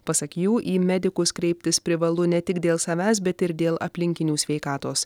pasak jų į medikus kreiptis privalu ne tik dėl savęs bet ir dėl aplinkinių sveikatos